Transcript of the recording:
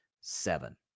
seven